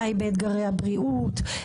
AI באתגרי הבריאות,